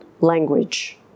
language